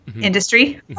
Industry